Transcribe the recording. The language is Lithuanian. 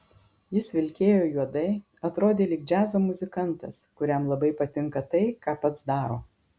jis vilkėjo juodai atrodė lyg džiazo muzikantas kuriam labai patinka tai ką pats daro